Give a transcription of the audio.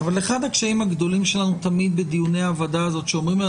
אבל אחד הקשיים הגדולים שלנו תמיד בדיוני הוועדה הזאת הוא שאומרים לנו,